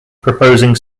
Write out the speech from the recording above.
proposing